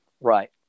right